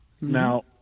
Now